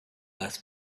less